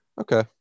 Okay